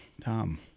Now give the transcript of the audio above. Tom